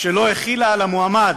כשלא החילה על המועמד